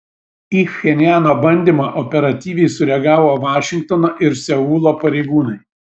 į pchenjano bandymą operatyviai sureagavo vašingtono ir seulo pareigūnai